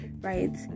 right